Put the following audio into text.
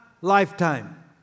lifetime